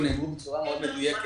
ונאמרו בצורה מאוד מדויקת.